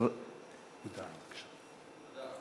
אין מתנגדים, אין נמנעים.